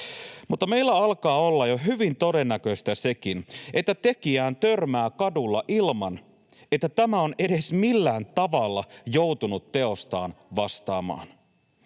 mutta meillä alkaa olla jo hyvin todennäköistä sekin, että tekijään törmää kadulla ilman, että tämä on edes millään tavalla joutunut teostaan vastaamaan.